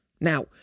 Now